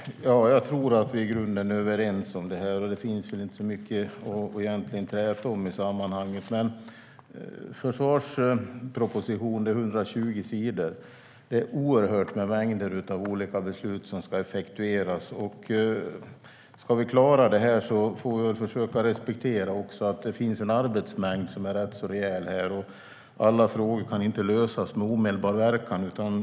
Fru talman! Jag tror att vi i grunden är överens, så det finns inte så mycket att träta om. Försvarspropositionen är på 120 sidor. Det är mängder av beslut som ska effektueras. Ska vi klara det får vi försöka respektera att det finns en rejäl arbetsmängd och att alla frågor inte kan lösas med omedelbar verkan.